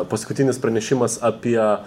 paskutinis pranešimas apie